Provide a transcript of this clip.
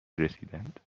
رسیدند